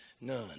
None